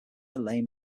elaine